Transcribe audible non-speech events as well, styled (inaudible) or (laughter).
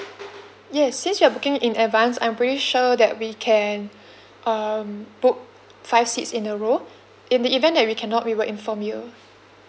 yes since you are booking in advance I'm pretty sure that we can (breath) um book five seats in a row in the event that we cannot we will inform you